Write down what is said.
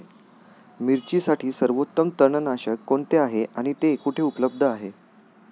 मिरचीसाठी सर्वोत्तम तणनाशक कोणते आहे आणि ते कुठे उपलब्ध आहे?